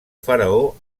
faraó